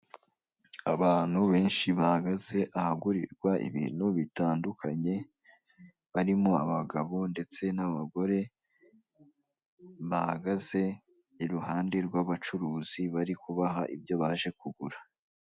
Abantu benshi bahagaze ahagurirwa ibintu bitandukanye, barimo abagabo ndetse n'abagore bahagaze iruhande rw'abacuruzi bari kubaha ibyo baje kugura.